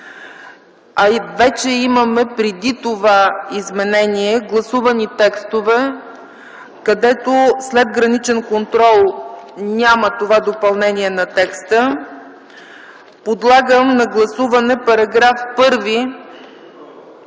а имаме преди това изменение и гласувани текстове, където след „граничен контрол” няма това допълнение на текста, подлагам на гласуване § 1,